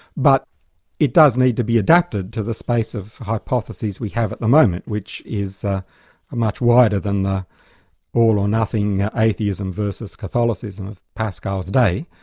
but it does need to be adapted to the space of hypotheses we have at the moment, which is ah much wider than the all or nothing atheism versus catholicism of pascal's day.